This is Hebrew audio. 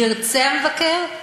ירצה המבקר,